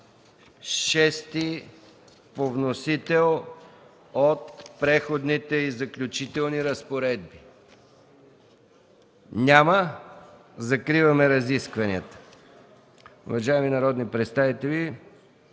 § 26 по вносител от „Преходните и заключителни разпоредби”? Няма. Закриваме разискванията. Уважаеми народни представители,